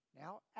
Now